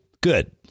Good